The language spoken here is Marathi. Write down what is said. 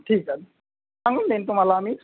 ठीक आहे सांगून देईन तुम्हाला आम्ही